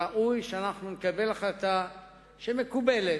ראוי שנקבל החלטה שמקובלת,